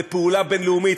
לפעולה בין-לאומית.